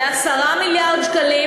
שאם המשק גדל,